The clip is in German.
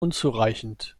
unzureichend